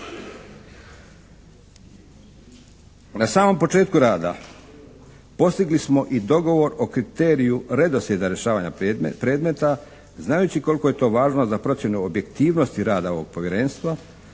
Na samom početku rada postigli smo i dogovor o kriteriju redoslijeda rješavanja predmeta znajući koliko je to važno za procjenu objektivnosti rada ovog Povjerenstva.